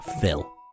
Phil